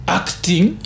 acting